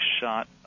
shot